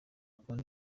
konti